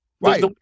Right